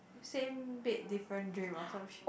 same bed different dream or some shi~